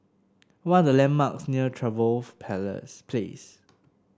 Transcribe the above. what are the landmarks near Trevose Palace Place